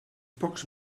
pocs